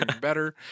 better